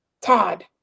Todd